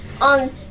on